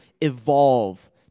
evolve